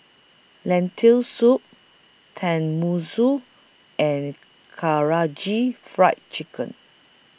Lentil Soup Tenmusu and Karaage Fried Chicken